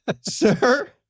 sir